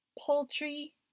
poultry